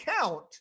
count